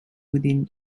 within